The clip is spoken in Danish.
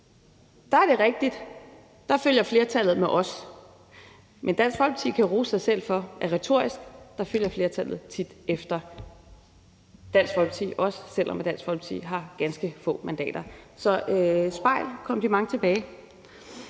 er det rigtigt at flertallet følger med os. Men Dansk Folkeparti kan rose sig selv for, at retorisk følger flertallet tit efter Dansk Folkeparti, også selv om Dansk Folkeparti har ganske få mandater. Så jeg spejler og giver kompliment tilbage.